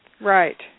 Right